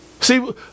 See